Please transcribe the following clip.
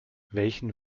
welchen